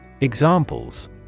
Examples